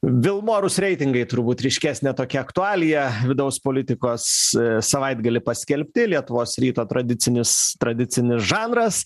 vilmorus reitingai turbūt ryškesnė tokia aktualija vidaus politikos savaitgalį paskelbti lietuvos ryto tradicinis tradicinis žanras